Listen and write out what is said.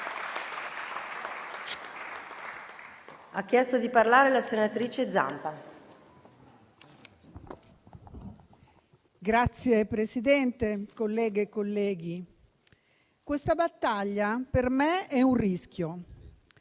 Signora Presidente, colleghe e colleghi, questa battaglia per me è un rischio.